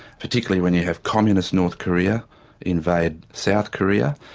particularly when you have communist north korea invade south korea,